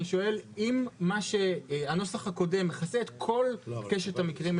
אם הנוסח הקודם מכסה את כל קשת המקרים,